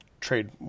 trade